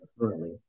currently